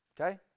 Okay